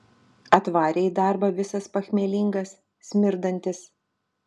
atvarė į darbą visas pachmielingas smirdantis